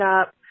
up